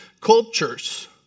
cultures